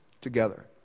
together